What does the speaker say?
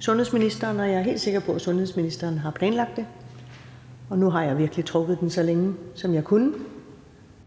sundhedsministeren, og jeg er helt sikker på, at sundhedsministeren har forberedt sig. Og nu har jeg virkelig trukket den så længe, som jeg kunne.